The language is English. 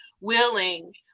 willing